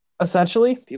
Essentially